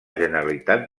generalitat